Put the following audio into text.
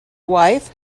wife